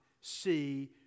see